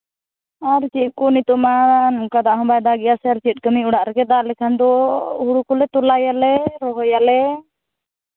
ᱟᱨ ᱪᱮᱫ ᱠᱚ ᱱᱤᱛᱚᱜ ᱢᱟ ᱚᱱᱠᱟ ᱫᱟᱜ ᱦᱚᱸᱵᱟᱭ ᱫᱟᱜ ᱮᱫᱟ ᱥᱮ ᱚᱱᱠᱟ ᱪᱮᱫ ᱠᱟᱹᱢᱤ ᱚᱲᱟᱜ ᱨᱮᱜᱮ ᱫᱟᱜ ᱞᱮᱠᱷᱟᱱ ᱫᱚ ᱦᱩᱲᱩ ᱠᱚᱞᱮ ᱛᱚᱞᱟᱭᱟᱞᱮ ᱨᱚᱦᱚᱭᱟᱞᱮ